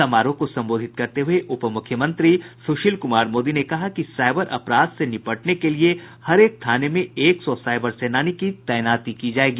समारोह को संबोधित करते हुए उप मुख्यमंत्री सुशील कुमार मोदी ने कहा कि साइबर अपराध से निपटने के लिए हरेक थाने में एक सौ साइबर सेनानी की तैनाती की जायेगी